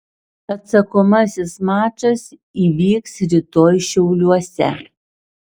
atsakomasis mačas įvyks rytoj šiauliuose